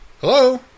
Hello